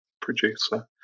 producer